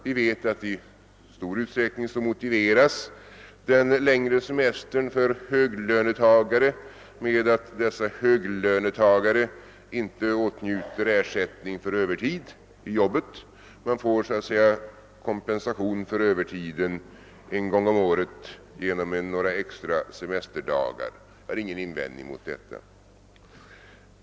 Vi vet att i stor utsträckning motiveras den längre semestern för höglönetagare med att dessa inte åtnjuter ersättning för övertid i jobbet, utan de får så att säga kompensation för övertiden en gång om året genom några extra semesterdagar. Jag har ingen invändning mot detta.